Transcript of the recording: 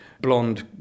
blonde